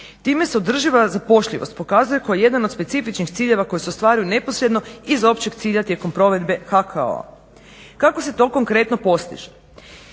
Time se održiva zapošljivost pokazuje kao jedan od specifičnih ciljeva koji se ostvaruju neposredno iz općeg cilja tijekom provedbe HKO-a. Kako se to konkretno postiže?